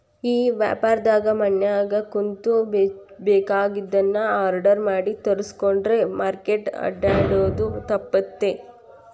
ಈ ವ್ಯಾಪಾರ್ದಾಗ ಮನ್ಯಾಗ ಕುಂತು ಬೆಕಾಗಿದ್ದನ್ನ ಆರ್ಡರ್ ಮಾಡಿ ತರ್ಸ್ಕೊಂಡ್ರ್ ಮಾರ್ಕೆಟ್ ಅಡ್ಡ್ಯಾಡೊದು ತಪ್ತೇತಿ